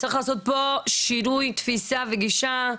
צריך לעשות פה שינוי תפיסה וגישה.